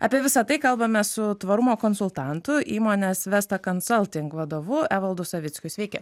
apie visa tai kalbame su tvarumo konsultantu įmonės vesta konsolting vadovu evaldu savickiu sveiki